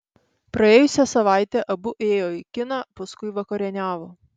praėjusią savaitę abu ėjo į kiną paskui vakarieniavo